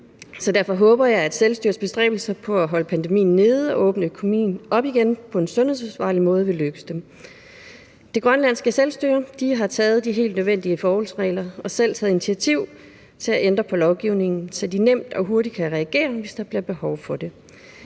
derfor håber jeg, at selvstyrets bestræbelser på at holde pandemien nede og åbne økonomien op igen på en sundhedsforsvarlig måde vil lykkes dem. Det grønlandske selvstyre har taget de helt nødvendige forholdsregler og selv taget initiativ til at ændre på lovgivningen, så de nemt og hurtigt kan reagere, hvis der bliver behov for det.